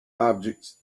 objects